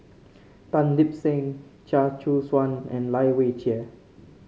Tan Lip Seng Chia Choo Suan and Lai Weijie